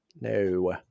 no